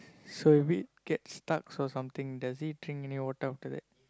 so if it gets stuck or something does it drink any water after that